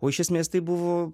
o iš esmės tai buvo